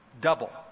double